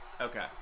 Okay